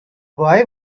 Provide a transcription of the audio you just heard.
boy